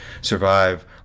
survive